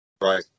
Right